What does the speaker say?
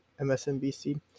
MSNBC